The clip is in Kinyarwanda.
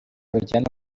biryana